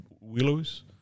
willows